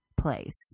place